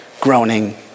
groaning